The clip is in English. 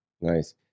nice